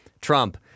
Trump